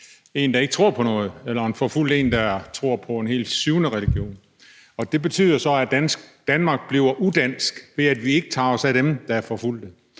der ikke tror på noget, eller en forfulgt, der tror på en helt syvende religion. Det betyder så, at Danmark bliver udansk, ved at vi ikke tager os af dem, der er forfulgte,